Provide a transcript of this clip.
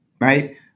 right